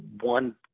one